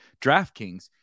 DraftKings